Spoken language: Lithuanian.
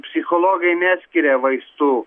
psichologai neskiria vaistų